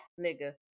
nigga